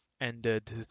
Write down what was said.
ended